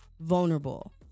vulnerable